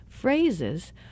phrases